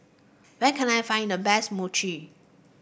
where can I find the best Mochi